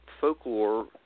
folklore